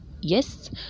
yes